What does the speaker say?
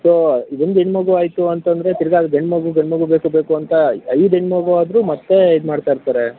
so ಇದೊಂದು ಹೆಣ್ಣು ಮಗು ಆಯಿತು ಅಂತ ಅಂದರೆ ತಿರುಗಾ ಅದು ಗಂಡು ಮಗು ಗಂಡು ಮಗು ಬೇಕೇ ಬೇಕು ಅಂತ ಐದು ಹೆಣ್ಣು ಮಗು ಆದರೂ ಮತ್ತೆ ಇದು ಮಾಡ್ತಾ ಇರ್ತಾರೆ